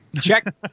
check